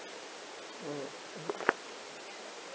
uh